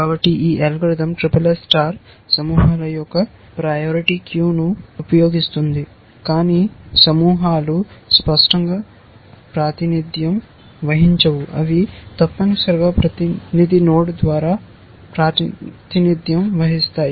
కాబట్టి ఈ algorithm SSS SSS star సమూహాల యొక్క ప్రయారిటీ క్యూ ను ఉపయోగిస్తుంది కాని సమూహాలు స్పష్టంగా ప్రాతినిధ్యం వహించవు అవి తప్పనిసరిగా ప్రతినిధి నోడ్ ద్వారా ప్రాతినిధ్యం వహిస్తాయి